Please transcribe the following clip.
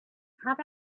had